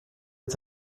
est